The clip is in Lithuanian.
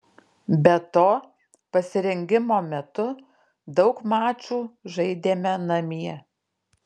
be to pasirengimo metu daug mačų žaidėme namie